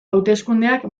hauteskundeak